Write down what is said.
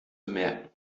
bemerken